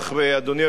אדוני היושב-ראש,